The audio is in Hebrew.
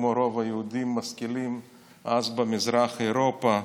כמו רוב היהודים המשכילים אז במזרח אירופה.